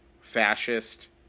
fascist